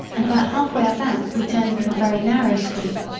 and about halfway up that we turned into a very narrow street,